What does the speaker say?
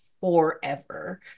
forever